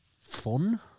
Fun